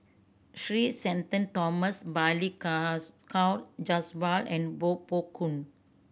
Three Shenton Thomas Balli Kaur Jaswal and Koh Poh Koon